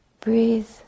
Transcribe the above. breathe